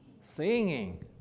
Singing